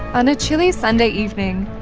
and chilly sunday evening,